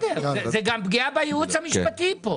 כן, זה גם פגיעה בייעוץ המשפטי פה.